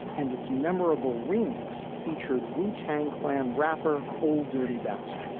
and its memorable remix featured wu-tang clan rapper old dirty bastard